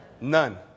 None